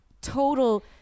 total